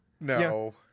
No